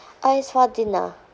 uh it's for dinner